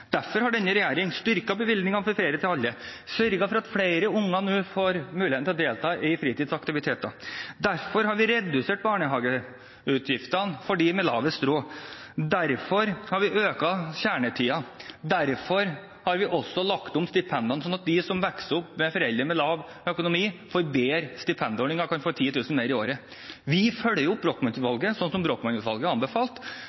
Derfor har denne regjeringen styrket bevilgningene til ferie til alle og sørget for at flere unger nå får mulighet til å delta i fritidsaktiviteter. Derfor har vi redusert barnehageutgiftene for dem med dårligst råd. Derfor har vi økt kjernetiden. Derfor har vi også lagt om stipendene, slik at de som vokser opp med foreldre med dårlig økonomi, får bedre stipendordninger og kan få 10 000 kr mer i året. Vi følger opp